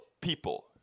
people